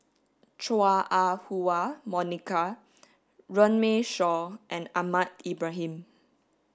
Chua Ah Huwa Monica Runme Shaw and Ahmad Ibrahim